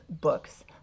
books